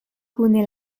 kune